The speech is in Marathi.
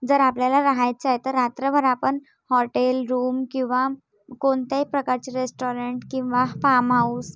जर आपल्याला राहायचंय तर रात्रभर आपण हॉटेल रूम किंवा कोणत्याही प्रकारचे रेस्टॉरंट किंवा पाम आऊस